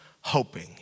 hoping